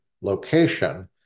location